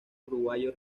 uruguayo